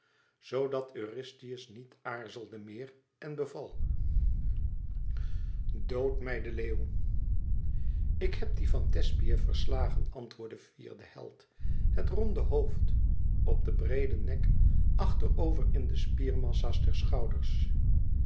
dat eurystheus niet aarzelde meer en beval dood mij den leeuw ik hèb dien van thespiæ verslagen antwoordde fier de held het ronde hoofd op den breeden nek achter over in de spiermassa's der schouders